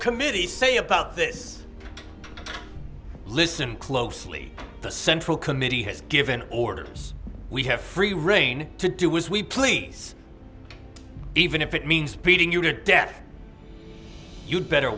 committee saying about this listen closely the central committee has given orders we have free reign to do was we please even if it means breeding your death you'd better